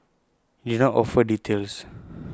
he did not offer details